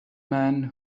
man